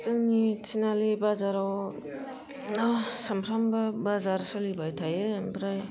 जोंनि तिनालि बाजारावनो सानफ्रोमबो बाजार सोलिबाय थायो ओमफ्राइ